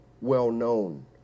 well-known